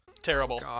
Terrible